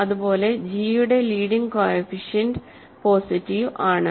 അതുപോലെ ജി യുടെ leading coefficient positive ആണ്